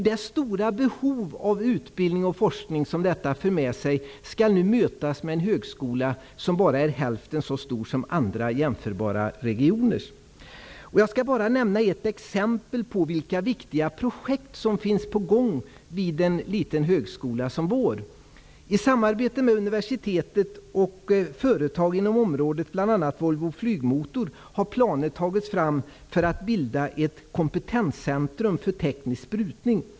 Det stora behov av utbildning och forskning som detta för med sig skall nu mötas av en högskola som bara är hälften så stor som i andra jämförbara regioner. Jag skall nämna ett exempel på vilka viktiga projekt som finns på gång vid en liten högskola som vår. I samarbete med universitetet och företag inom området, bl.a. Volvo Flygmotor AB, har planer tagits fram för att bilda ett kompetenscentrum för teknisk sprutning.